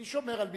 מי שומר על מי,